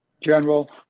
General